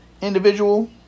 individual